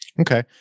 Okay